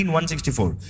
164